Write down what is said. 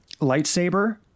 lightsaber